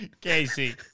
Casey